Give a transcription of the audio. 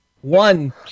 One